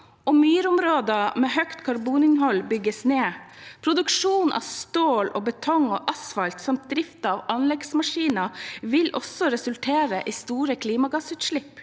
myrområder med høyt karboninnhold bygges ned. Produksjon av stål, betong og asfalt samt drift av anleggsmaskiner vil også resultere i store klimagassutslipp.